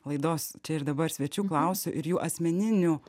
laidos čia ir dabar svečių klausiu ir jų asmeninių